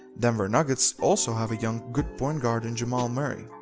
denver nuggets also have a young good point guard in jamal murray.